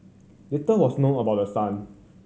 little was known about the son